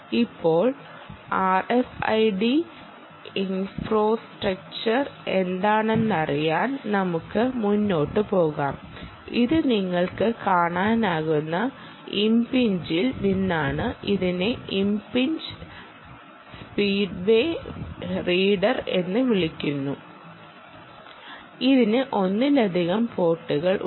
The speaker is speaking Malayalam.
ഇപ്പോൾ ആർഎഫ്ഐഡി ഇൻഫ്രാസ്ട്രക്ചർ എന്താണെന്നറിയാൻ നമുക്ക് മുന്നോട്ട് പോകാം ഇത് നിങ്ങൾക്ക് കാണാനാകുന്ന ഇംപ് പിഞ്ചിൽ നിന്നാണ് ഇതിനെ ഇംപ് പിഞ്ച് സ്പീഡ്വേ റീഡർ എന്ന് വിളിക്കുന്നത് ഇതിന് ഒന്നിലധികം പോർട്ടുകൾ ഉണ്ട്